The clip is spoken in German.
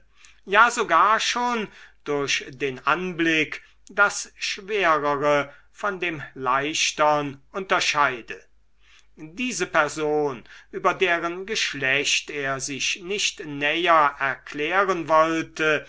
ja sogar schon durch den anblick das schwerere von dem leichtern unterscheide diese person über deren geschlecht er sich nicht näher erklären wollte